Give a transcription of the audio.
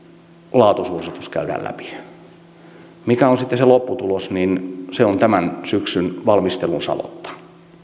laatusuositus käydään läpi se mikä on sitten se lopputulos on tämän syksyn valmistelun savotta